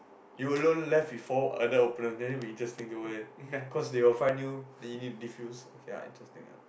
you alone left with four other opponent then it will be interesting no leh cause they will find new then you need disfuse ya interesting ah